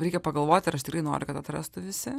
reikia pagalvoti ar aš tikrai noriu kad atrastų visi